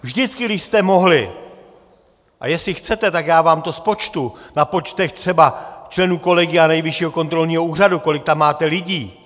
Vždycky, když jste mohli a jestli chcete, tak já vám to spočtu třeba na počtech členů kolegia Nejvyššího kontrolního úřadu, kolik tam máte lidí.